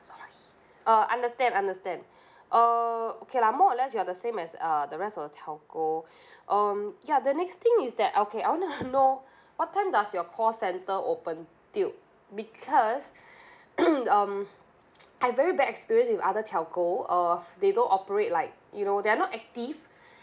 sorry uh understand understand uh okay lah more or less you're the same as uh the rest of the telco um ya the next thing is that okay I want to know what time does your call centre open tube because um I have very bad experience with other telco uh they don't operate like you know they're not active